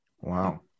Wow